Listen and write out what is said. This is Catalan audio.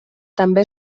també